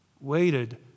Waited